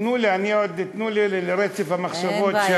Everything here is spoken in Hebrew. תנו לי, רצף המחשבות.